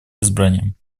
избранием